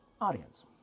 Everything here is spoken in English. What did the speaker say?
audience